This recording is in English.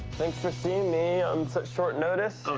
thanks for seeing me on such short notice. so